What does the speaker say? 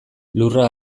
lurra